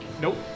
Nope